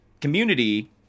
community